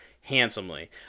handsomely